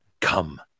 come